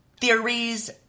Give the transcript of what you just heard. theories